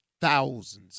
thousands